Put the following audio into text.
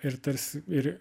ir tarsi ir